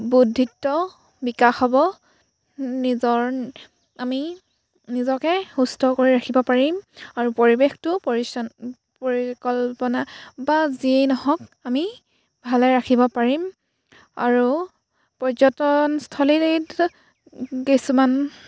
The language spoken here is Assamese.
বৌদ্ধিত্ব বিকাশ হ'ব নিজৰ আমি নিজকে সুস্থ কৰি ৰাখিব পাৰিম আৰু পৰিৱেশটো পৰিচন পৰিকল্পনা বা যিয়েই নহওক আমি ভালে ৰাখিব পাৰিম আৰু পৰ্যটনস্থলীত কিছুমান